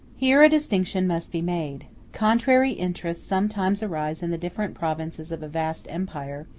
here a distinction must be made contrary interests sometimes arise in the different provinces of a vast empire,